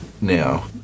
now